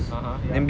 (uh huh) ya